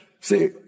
See